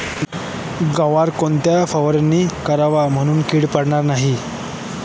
गव्हावर कोणती फवारणी करावी म्हणजे कीड पडणार नाही?